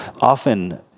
often